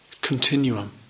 continuum